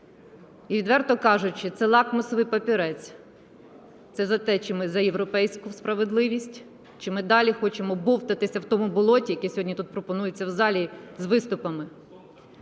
І, відверто кажучи, це лакмусовий папірець, це за те, чи ми за європейську справедливість, чи ми далі хочемо бовтатися в тому болоті, яке сьогодні тут пропонується в залі з виступами.